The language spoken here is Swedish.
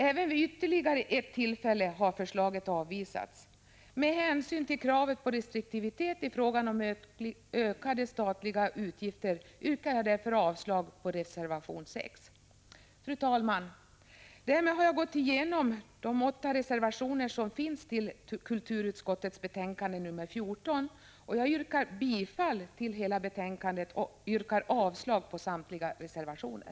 Även vid ytterligare ett tillfälle har förslaget avvisats. Med hänsyn till kravet på restriktivitet i frågan om ökade statliga utgifter yrkar jag därför avslag på reservation 6. Fru talman! Därmed har jag gått igenom de åtta reservationer som finns fogade till kulturutskottets betänkande nr 14. Jag yrkar bifall till utskottets hemställan i betänkandet och avslag på samtliga reservationer.